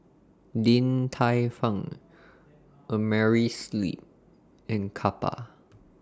Din Tai Fung Amerisleep and Kappa